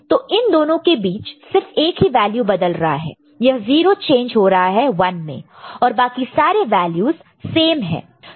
तो इन दोनों के बीच सिर्फ एक ही वैल्यू बदल रहा है यह 0 चेंज हो रहा है 1 में और बाकी सारे वैल्यू सेम है